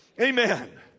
Amen